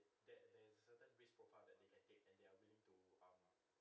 that answer that risk profile that neglected and they are willing to